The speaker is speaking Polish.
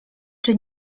czy